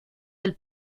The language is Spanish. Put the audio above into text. del